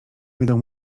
wydał